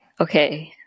Okay